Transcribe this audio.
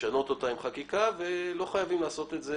לשנות אותה עם חקיקה, ולא חייבים לעשות את זה.